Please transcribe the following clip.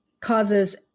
causes